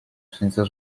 senza